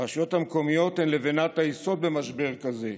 הרשויות המקומיות הן לבנת היסוד במשבר כזה.